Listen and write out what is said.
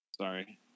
Sorry